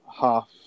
half